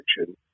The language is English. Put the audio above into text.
action